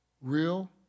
real